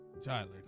Tyler